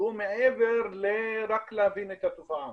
שהוא מעבר לרק להבין את התופעה.